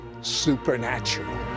Supernatural